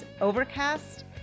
Overcast